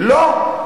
לא.